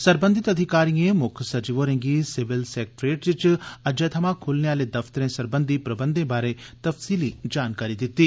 सरबंघत अधिकारियें मुक्खसचिव होरें गी सिविल सैक्ट्रेट च अज्जै थमां खुल्लने आले दफ्तरें सरबंधी प्रबंधें बारै जानकारी दित्ती